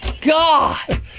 God